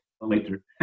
later